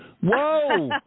Whoa